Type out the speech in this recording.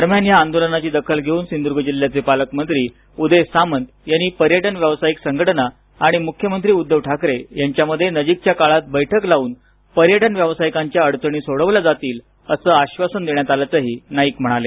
दरम्यान या आंदोलनाची दखल घेव्न सिंधुदर्ग जिल्ह्याचे पालकमंत्री उदय सामंत यांनी पर्यटन व्यावसाईक संघटना आणि मुख्यमंत्री उद्धव ठाकरे यांच्यामध्ये नजीकच्या काळात बैठक लावून पर्यटन व्यावसाईकांच्या अडचणी सोडवील्या जातील अस आश्वासन देण्यात आल्याचंही नाईक म्हणाले